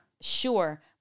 sure